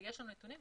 ויש שם נתונים,